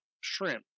shrimp